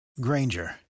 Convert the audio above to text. Granger